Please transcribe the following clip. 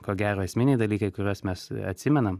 ko gero esminiai dalykai kuriuos mes atsimenam